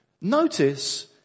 Notice